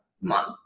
month